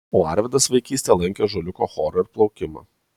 o arvydas vaikystėje lankė ąžuoliuko chorą ir plaukimą